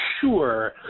sure